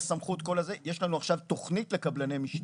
הסמכות, כל זה יש לנו עכשיו תוכנית לקבלני משנה.